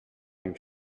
you